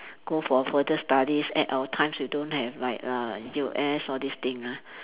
go for further studies at our times we don't have like uh U_S all this thing ah